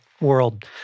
world